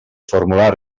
formular